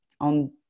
on